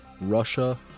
Russia